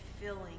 filling